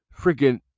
Freaking